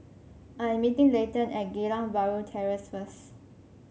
I am meeting Leighton at Geylang Bahru Terrace first